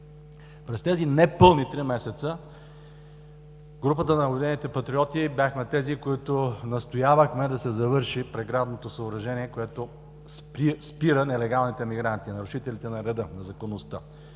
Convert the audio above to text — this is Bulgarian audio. През тези непълни три месеца групата на „Обединените патриоти“ бяхме тези, които настоявахме да се завърши преградното съоръжение, което спира нелегалните имигранти – нарушителите на реда, на законността.